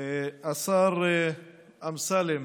השר אמסלם,